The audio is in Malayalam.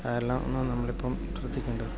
അതെല്ലാം നമ്മളിപ്പം ശ്രദ്ധിക്കേണ്ടത്